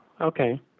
okay